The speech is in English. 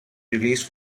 released